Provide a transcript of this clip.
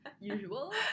usual